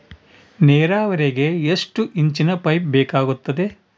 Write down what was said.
ನೇರಾವರಿಗೆ ಎಷ್ಟು ಇಂಚಿನ ಪೈಪ್ ಬೇಕಾಗುತ್ತದೆ?